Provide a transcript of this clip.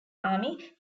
army